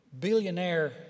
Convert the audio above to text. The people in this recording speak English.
Billionaire